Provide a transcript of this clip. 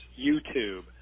YouTube